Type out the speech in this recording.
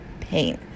pain